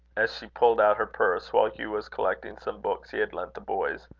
as she pulled out her purse, while hugh was collecting some books he had lent the boys,